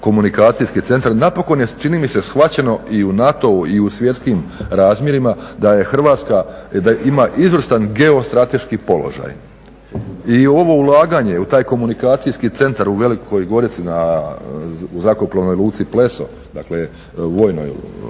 komunikacijski centar. Napokon je čini mi se shvaćeno i u NATO-u i u svjetskim razmjerima da je Hrvatska, da ima izvrstan geostrateški položaj. I ovo ulaganje u taj komunikacijski centar u Velikoj Gorici u zrakoplovnoj luci Pleso, dakle u vojnoj luci